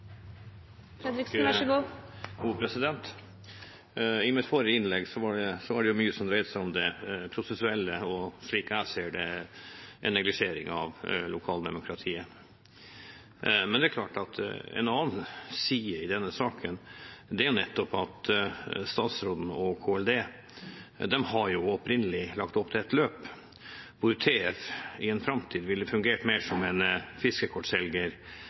I mitt forrige innlegg var det mye som dreide seg om det prosessuelle og – slik jeg ser det – en neglisjering av lokaldemokratiet, men det er klart at en annen side i denne saken er nettopp at statsråden og Klima- og miljødepartementet opprinnelig har lagt opp til et løp hvor Tanavassdragets fiskeforvaltning i en framtid ville fungert mer som en fiskekortselger